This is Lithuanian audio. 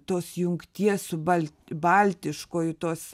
tos jungties su bal baltiškuoju tos